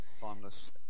Timeless